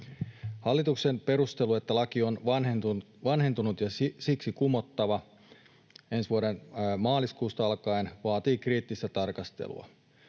Hallituksen perustelu, että laki on vanhentunut ja siksi kumottava ensi vuoden maaliskuusta alkaen, vaatii kriittistä tarkastelua.